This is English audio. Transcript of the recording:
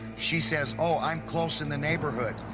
she says, oh i'm close in the neighborhood.